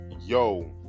Yo